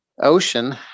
ocean